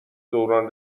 دوران